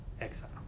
exile